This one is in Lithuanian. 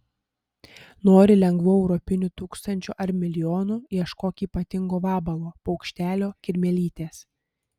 nori lengvų europinių tūkstančių ar milijonų ieškok ypatingo vabalo paukštelio kirmėlytės